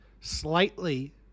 slightly